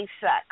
sex